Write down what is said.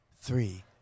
three